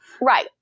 Right